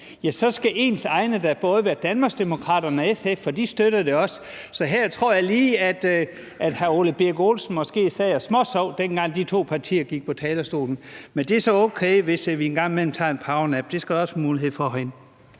Ja, så skal ens egne da både være Danmarksdemokraterne og SF, for de støtter det også. Så her tror jeg lige, at hr. Ole Birk Olesen måske sad og småsov, dengang de to partier gik på talerstolen. Men det er så okay, hvis vi en gang imellem tager en powernap – det skal der også være mulighed for herinde.